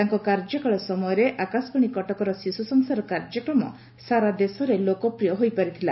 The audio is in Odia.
ତାଙ୍କ କାର୍ଯ୍ୟକାଳ ସମୟରେ ଆକାଶବାଶୀ କଟକର ଶିଶ୍ୱସଂସାର କାର୍ଯ୍ୟକ୍ରମ ସାରା ଦେଶରେ ଲୋକପ୍ରିୟ ହୋଇପାରିଥିଲା